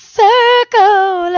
circle